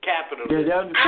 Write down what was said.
Capitalism